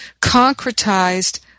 concretized